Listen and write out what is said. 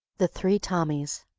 the three tommies